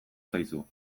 zaizu